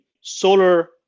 solar